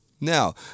Now